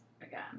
Again